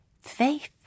faith